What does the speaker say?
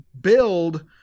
build